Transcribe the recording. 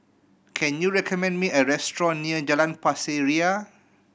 can you recommend me a restaurant near Jalan Pasir Ria